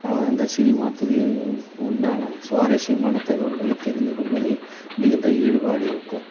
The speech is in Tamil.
ஆ அந்த சினிமா துறையை உண்டான சுவாரஸ்யமான தகவல்களை தெரிந்து கொள்வதில் மிகுந்த ஈடுபாடு இருக்கும்